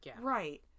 Right